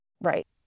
right